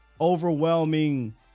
overwhelming